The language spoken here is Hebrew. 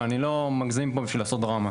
ואני לא מגזים פה בשביל לעשות דרמה.